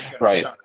Right